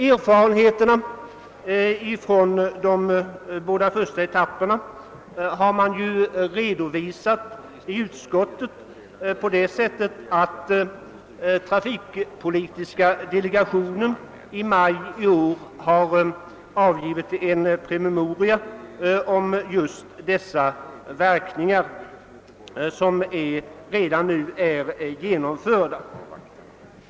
Erfarenheterna från de båda första etapperna redovisas i utskottsutlåtandet genom att man skriver att trafikpolitiska delegationen i maj i år har avgivit en promemoria om verkningarna av de åtgärder som redan vidtagits.